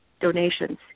donations